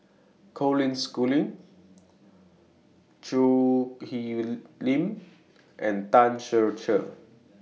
Colin Schooling Choo Hwee Lim and Tan Ser Cher